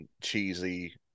Cheesy